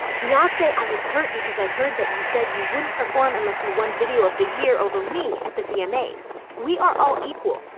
beyonce, i was hurt because i heard that you said you wouldn't perform unless you won video of the year over me at the vmas, we are all equal.